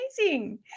amazing